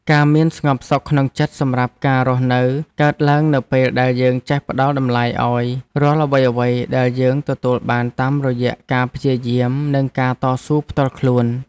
ការមានស្ងប់សុខក្នុងចិត្តសម្រាប់ការរស់នៅកើតឡើងនៅពេលដែលយើងចេះផ្ដល់តម្លៃឱ្យរាល់អ្វីៗដែលយើងទទួលបានតាមរយៈការព្យាយាមនិងការតស៊ូផ្ទាល់ខ្លួន។